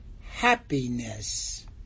Happiness